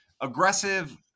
aggressive